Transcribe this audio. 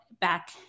back